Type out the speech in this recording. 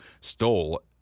stole